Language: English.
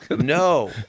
no